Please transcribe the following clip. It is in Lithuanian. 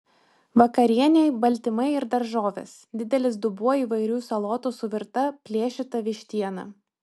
vakarienei baltymai ir daržovės didelis dubuo įvairių salotų su virta plėšyta vištiena